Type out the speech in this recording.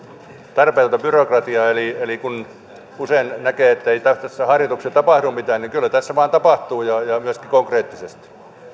tarpeetonta byrokratiaa eli eli kun usein näkee ettei tässä hallituksessa tapahdu mitään niin kyllä tässä vain tapahtuu ja myöskin konkreettisesti